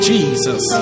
Jesus